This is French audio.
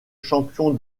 champion